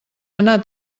anar